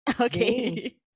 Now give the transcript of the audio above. Okay